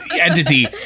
entity